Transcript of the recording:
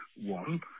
One